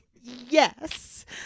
Yes